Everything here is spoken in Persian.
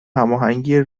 هماهنگی